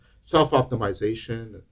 self-optimization